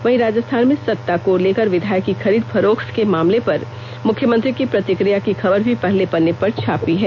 वहीं राजस्थान में सत्ता को लेकर विधायक की खरीद फरोख्त के मामले पर मुख्यमंत्री की प्रतिक्रिया की खबर भी पहले पन्ने पर छापी है